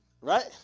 right